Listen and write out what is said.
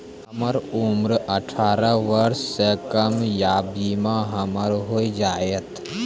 हमर उम्र अठारह वर्ष से कम या बीमा हमर हो जायत?